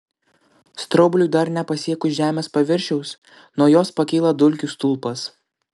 straubliui dar nepasiekus žemės paviršiaus nuo jos pakyla dulkių stulpas